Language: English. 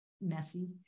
messy